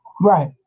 Right